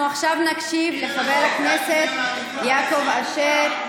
אנחנו עכשיו נקשיב לחבר הכנסת יעקב אשר,